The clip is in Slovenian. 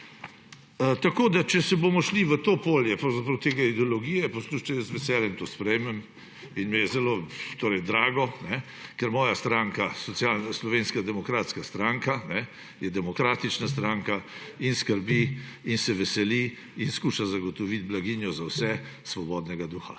kako. Če bomo šli na polje ideologije, poslušajte, jaz z veseljem to sprejmem in mi je je zelo drago, ker moja stranka, Slovenska demokratska stranka, je demokratična stranka in skrbi in se veseli in skuša zagotoviti blaginjo za vse svobodnega duha.